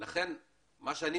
כלכלית.